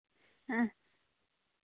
ᱦᱮᱸ